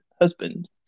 husband